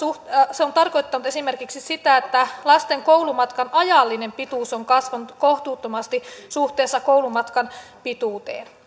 se on tarkoittanut esimerkiksi sitä että lasten koulumatkan ajallinen pituus on kasvanut kohtuuttomasti suhteessa koulumatkan pituuteen